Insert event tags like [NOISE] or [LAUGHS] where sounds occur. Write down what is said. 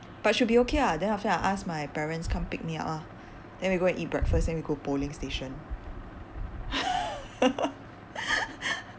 but should be okay ah then after that I ask my parents come pick me up ah then we go and eat breakfast then we go polling station [LAUGHS]